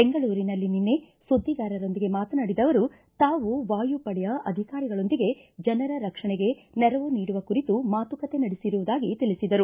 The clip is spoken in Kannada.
ಬೆಂಗಳೂರಿನಲ್ಲಿ ನಿನ್ನೆ ಸುದ್ದಿಗಾರರೊಂದಿಗೆ ಮಾತನಾಡಿದ ಅವರು ತಾವು ವಾಯುಪಡೆಯ ಅಧಿಕಾರಿಗಳೊಂದಿಗೆ ಜನರ ರಕ್ಷಣೆಗೆ ನೆರವು ನೀಡುವ ಕುರಿತು ಮಾತುಕತೆ ನಡೆಸಿರುವುದಾಗಿ ತಿಳಿಸಿದರು